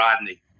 Rodney